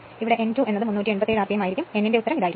അതിനാൽ n 2 എന്നത് 387 rpm ആയിരിക്കും n 2 ന്റെ ഉത്തരം ഇതാണ്